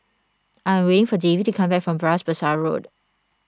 I am waiting for Davie to come back from Bras Basah Road